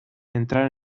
entrar